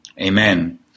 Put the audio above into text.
Amen